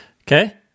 Okay